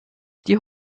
die